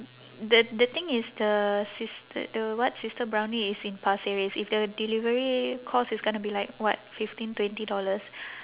the the thing is the sister the what sister brownie is in pasir ris if the delivery cost is gonna be like what fifteen twenty dollars